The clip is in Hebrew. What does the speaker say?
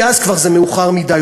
כי אז זה כבר מאוחר מדי,